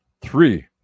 Three